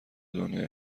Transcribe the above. دنیای